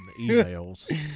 emails